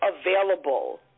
available